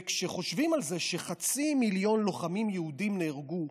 וכשחושבים על זה שחצי מיליון לוחמים יהודים נהרגו,